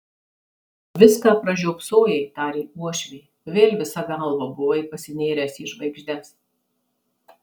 viską pražiopsojai tarė uošvė vėl visa galva buvai pasinėręs į žvaigždes